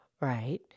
Right